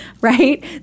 right